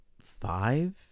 five